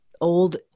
old